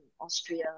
Austria